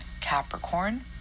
Capricorn